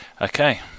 Okay